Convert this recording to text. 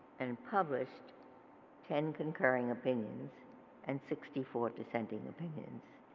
and published ten concurring opinions and sixty four dissenting opinions.